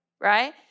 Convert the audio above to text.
right